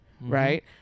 Right